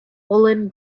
woolen